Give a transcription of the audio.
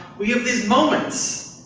we have these moments.